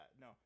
no